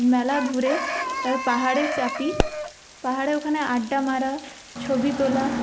মেলা ঘুরে পাহাড়ে চাপি পাহাড়ের ওখানে আড্ডা মারা ছবি তোলা